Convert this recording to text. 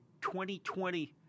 2020